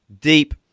deep